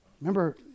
Remember